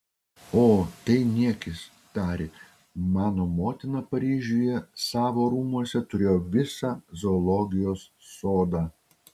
o tai niekis tarė mano motina paryžiuje savo rūmuose turėjo visą zoologijos sodą